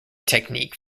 technique